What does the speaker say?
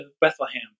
Bethlehem